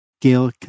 Gil